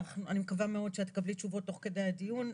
אני מקווה מאוד שאת תקבלי תשובות תוך כדי הדיון.